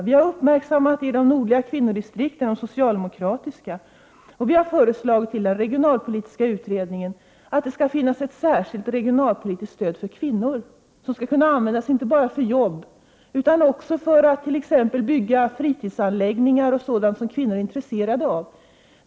Vi har i de nordliga socialdemokratiska kvinnodistrikten uppmärksammat detta, och vi har till den regionalpolitiska utredningen föreslagit att det skall finnas ett särskilt regionalpolitiskt stöd för kvinnor som skulle kunna användas inte bara till arbeten, utan också till att bygga fritidsanläggningar och sådant som kvinnor är intresserade av.